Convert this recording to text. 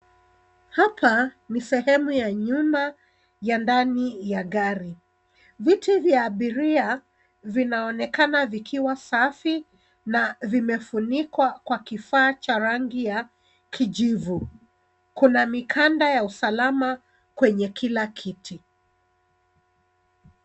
Hapa ni sehemu ya nyuma ya ndani ya gari. Vitii vya abiria vinaonekana vikiwa safi na vimefunikwa kwa kifaa cha rangi ya kijivu. Kuna mikanda ya usalama kwenye kila kiti.